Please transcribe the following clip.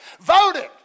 voted